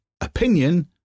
opinion